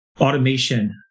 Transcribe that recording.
Automation